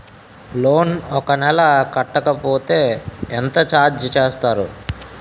Loan ఒక నెల కట్టకపోతే ఎంత ఛార్జ్ చేస్తారు?